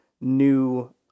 new